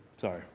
sorry